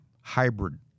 hybrid